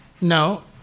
No